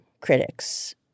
critics